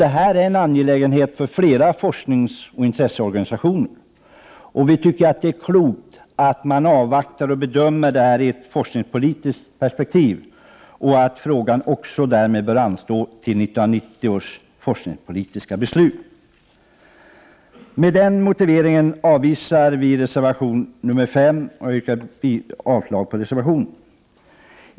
Det här är en angelägenhet för flera forskningsoch intresseorganisationer. Det är klokt att avvakta och bedöma insatserna i ett mer samlat forskningspolitiskt perspektiv. Behandlingen av frågan bör därmed anstå till 1990 års forskningspolitiska beslut. Med den motiveringen avvisar vi reservation nr 5. Jag yrkar avslag på den reservationen.